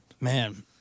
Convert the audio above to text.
Man